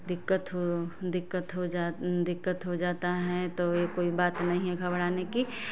दिक्कत हो दिक्कत हो जा दिक्कत हो जाता है तो ये कोई बात नहीं है घबराने की